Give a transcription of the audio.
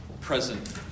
present